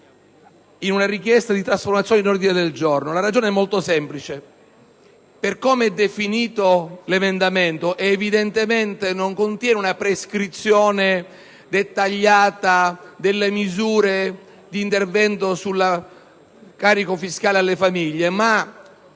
in una richiesta di trasformazione in un ordine del giorno, per una ragione molto semplice: per come è definito, l'emendamento non contiene una prescrizione dettagliata delle misure di intervento sul carico fiscale delle famiglie, bensì